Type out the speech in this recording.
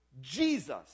Jesus